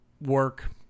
work